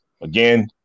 Again